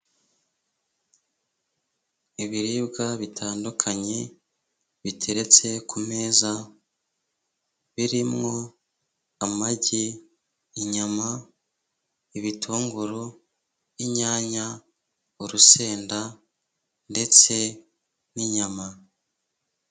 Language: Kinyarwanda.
Ibiribwa bitandukanye, biteretse ku meza, birimwo amagi, inyama, ibitunguru, inyanya, urusenda, ndetse n'inyama.